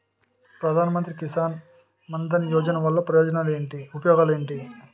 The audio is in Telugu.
ప్రధాన మంత్రి కిసాన్ మన్ ధన్ యోజన వల్ల ఉపయోగాలు ఏంటి?